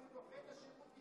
הוא דוחה את השירות,